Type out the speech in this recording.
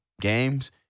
games